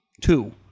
two